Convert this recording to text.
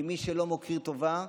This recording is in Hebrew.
כי מי שלא מכיר טובה,